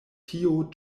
tio